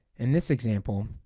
in this example,